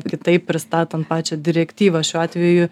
kitaip pristatant pačią direktyvą šiuo atveju